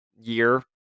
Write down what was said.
year